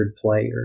player